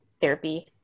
therapy